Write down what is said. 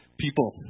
people